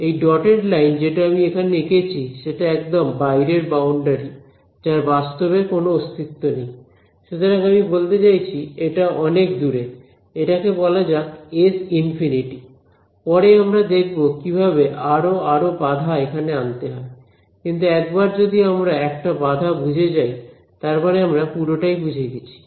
এই dotted line যেটা আমি এখানে এঁকেছি সেটা একদম বাইরের বাউন্ডারি যার বাস্তবে কোন অস্তিত্ব নেই সুতরাং আমি বলতে চাইছি এটা অনেক দূরে এটাকে বলা যাক S∞ পরে আমরা দেখব কিভাবে আরো আরো বাধা এখানে আনতে হয় কিন্তু একবার যদি আমরা একটা বাধা বুঝে যাই তার মানে আমরা পুরোটাই বুঝে গেছি